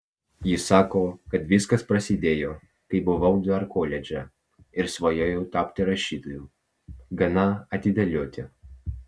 ji sako kad viskas prasidėjo kai buvau dar koledže ir svajojau tapti rašytoju gana atidėlioti